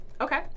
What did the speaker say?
Okay